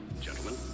Gentlemen